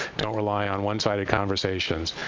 don't rely on one-sided conversations.